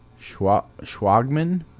Schwagman